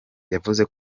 yavuze